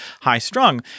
high-strung